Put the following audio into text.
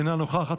אינה נוכחת,